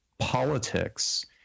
politics